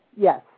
Yes